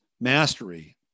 mastery